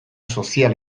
sozial